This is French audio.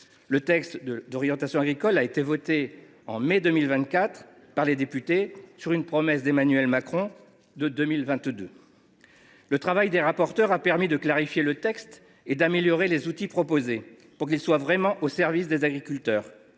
de loi d’orientation agricole a été voté en mai 2024 par les députés, à la suite d’une promesse faite par Emmanuel Macron en 2022. Le travail des rapporteurs a permis de clarifier le texte et d’améliorer les outils prévus afin qu’ils soient vraiment au service des agriculteurs.